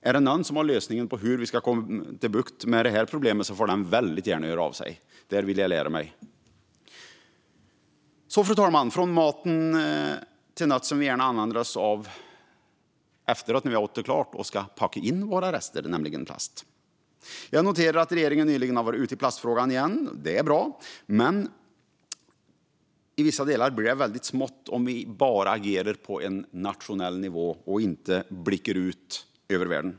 Är det någon som har lösningen på hur vi ska få bukt med detta problem får den personen gärna höra av sig. Där vill jag lära mig mer. Jag ska gå över från maten till något som vi gärna använder oss av när vi har ätit klart och ska packa in våra rester, nämligen plast. Jag noterar att regeringen nyligen har gått ut i fråga om plastfrågan. Det är bra. Men i vissa delar blir det väldigt smått om vi bara agerar på en nationell nivå och inte blickar ut över världen.